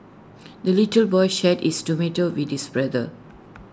the little boy shared his tomato with his brother